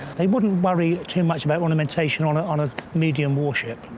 they wouldn't worry too much about ornamentation on it on a medium warship,